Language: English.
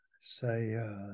say